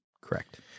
Correct